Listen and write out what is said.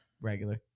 Regular